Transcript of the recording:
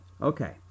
Okay